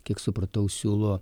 kiek supratau siūlo